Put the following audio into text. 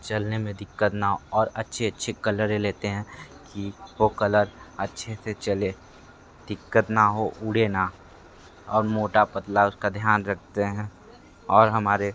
चलने में दिक्कत न और अच्छी अच्छी कलर लेते हैं कि वह कलर अच्छे से चले दिक्कत न हो उड़े न और मोटा पतला उसका ध्यान रखते हैं और हमारे